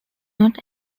not